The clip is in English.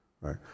right